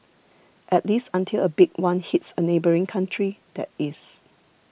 at least until a big one hits a neighbouring country that is